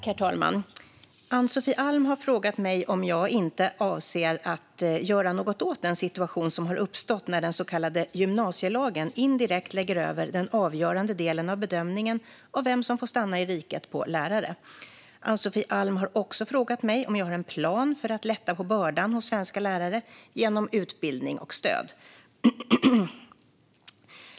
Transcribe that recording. Herr talman! Ann-Sofie Alm har frågat mig om jag inte avser att göra något åt den situation som har uppstått när den så kallade gymnasielagen indirekt lägger över den avgörande delen av bedömningen av vem som får stanna i riket på lärare. Ann-Sofie Alm har också frågat mig om jag har en plan för att lätta på bördan hos svenska lärare genom utbildning och stöd.